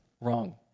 wrong